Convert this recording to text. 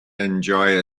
enjoy